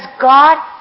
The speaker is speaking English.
God